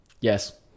Yes